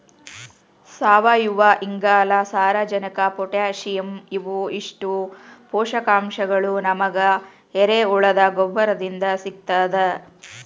ಸಾವಯುವಇಂಗಾಲ, ಸಾರಜನಕ ಪೊಟ್ಯಾಸಿಯಂ ಇವು ಇಷ್ಟು ಪೋಷಕಾಂಶಗಳು ನಮಗ ಎರೆಹುಳದ ಗೊಬ್ಬರದಿಂದ ಸಿಗ್ತದ